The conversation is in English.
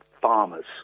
farmers